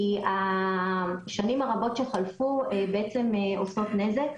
כי השנים הרבות שחלפו בעצם עושות נזק.